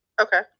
Okay